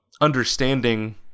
understanding